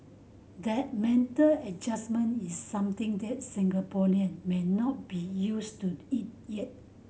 that mental adjustment is something that Singaporean may not be used to it yet